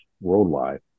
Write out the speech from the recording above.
worldwide